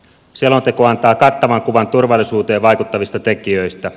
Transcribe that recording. selonteko antaa kattavan kuvan turvallisuuteen vaikuttavista tekijöistä